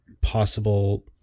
possible